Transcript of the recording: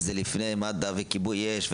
כשזה לפני כיבוי אש,